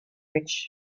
bridge